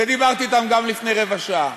ודיברתי אתם גם לפני רבע שעה,